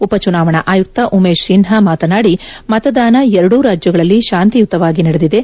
ಉಪಚುನಾವಣಾ ಆಯುಕ್ತ ಉಮೇಶ್ ಸಿನ್ನಾ ಮಾತನಾಡಿ ಮತದಾನ ಎರಡೂ ರಾಜ್ಯಗಳಲ್ಲಿ ಶಾಂತಿಯುತವಾಗಿ ನಡೆದಿದೆ